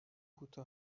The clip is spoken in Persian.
بوته